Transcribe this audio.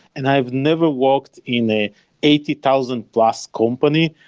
and i've never worked in a eighty thousand plus company,